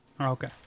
Okay